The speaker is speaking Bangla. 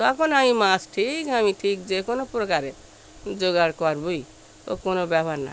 তখন আমি মাছ ঠিক আমি ঠিক যে কোনো প্রকারে জোগাড় করবই ও কোনো ব্যাপার না